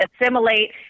assimilate